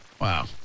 Wow